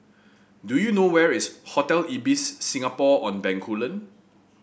do you know where is Hotel Ibis Singapore On Bencoolen